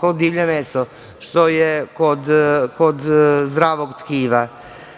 kao divlje meso, što je kod zdravog tkiva. Što